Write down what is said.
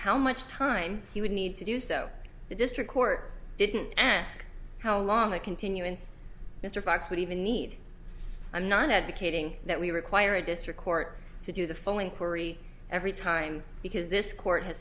how much time he would need to do so the district court didn't ask how long a continuance mr fox would even need and not advocating that we require a district court to do the full inquiry every time because this court has